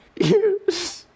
Yes